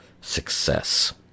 success